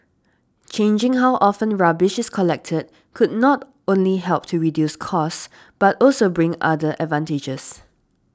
changing how often rubbish is collected could not only help to reduce costs but also bring other advantages